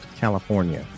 California